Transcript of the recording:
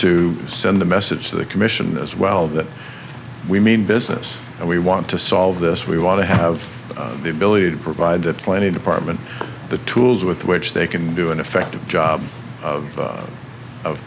to send a message to the commission as well that we mean business and we want to solve this we want to have the ability to provide that plenty department the tools with which they can do an effective job of